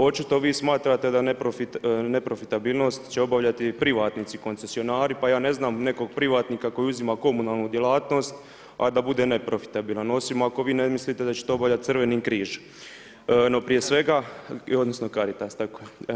Očito vi smatrate da neprofitabilnost će obavljati privatnici koncesionari, pa ja ne znam nekog privatnika koji uzima komunalnu djelatnost, a da bude neprofitabilan, osim ako vi ne mislite da će obavljati Crveni križ odnosno Caritas, tako je.